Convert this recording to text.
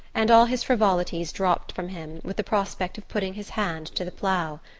and all his frivolities dropped from him with the prospect of putting his hand to the plough.